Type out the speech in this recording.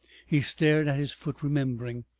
he stared at his foot, remembering.